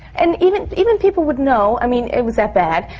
and even even people would know, i mean, it was that bad.